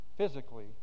physically